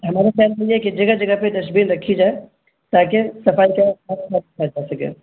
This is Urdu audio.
ہمارے خیال سے یہ ہے کہ جگہ جگہ پہ ڈسٹ بین رکھی جائے تاکہ صفائی جا سکے